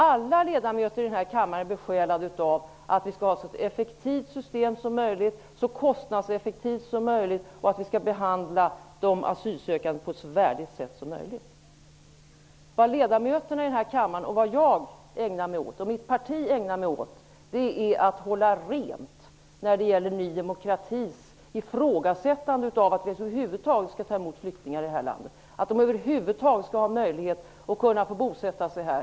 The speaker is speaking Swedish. Alla ledamöter i denna kammare är besjälade av att ha ett så effektivt system som möjligt, så kostnadseffektivt som möjligt och att de asylsökande skall behandlas på ett så värdigt sätt som möjligt. Ledamöterna i denna kammare, jag och mitt parti håller rent när det gäller Ny demokratis ifrågasättande av att vi över huvud taget skall ta emot flyktingar i det här landet och att de över huvud taget skall få möjlighet att bosätta sig här.